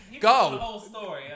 Go